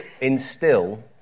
instill